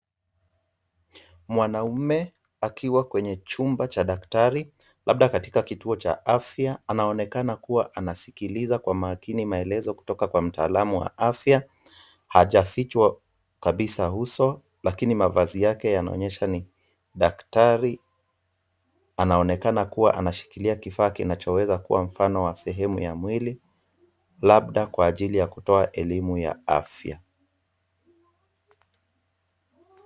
Mwanaume akiwa kwenye chumba cha daktari, labda katika kituo cha afya. Anaonekana kuwa anasikiliza kwa makini maelezo kutoka kwa mtaalamu wa afya. Hajafichwa kabisa uso lakini mavazi yake yanaonyesha ni daktari. Anaonekana kuwa anashikilia kifaa kinachoweza kuwa mfano wa sehemu ya mwili, labda kwa ajli ya kutoa elimu ya afya.